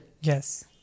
Yes